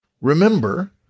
remember